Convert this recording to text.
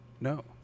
No